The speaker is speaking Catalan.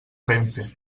renfe